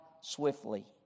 swiftly